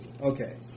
Okay